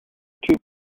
too